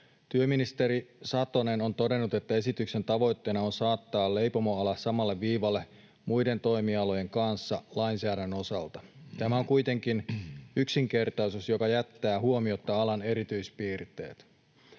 Työministeri Satonen on todennut, että esityksen tavoitteena on saattaa leipomoala samalle viivalle muiden toimialojen kanssa lainsäädännön osalta. Tämä on kuitenkin yksinkertaistus, joka jättää huomiotta alan erityispiirteet.